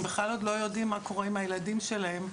בכלל עוד לא יודעים מה קורה עם הילדים שלהם,